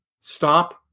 stop